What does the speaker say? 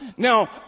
Now